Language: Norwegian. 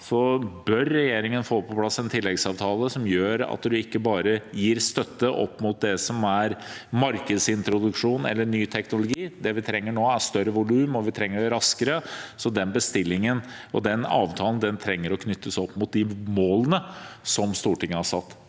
bør regjeringen få på plass en tilleggsavtale som gjør at man ikke bare gir støtte til det som er markedsintroduksjon eller ny teknologi. Det vi trenger nå, er større volum, og vi trenger det raskere. Den bestillingen og den avtalen trenger å bli knyttet opp mot de målene som Stortinget har satt,